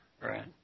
Right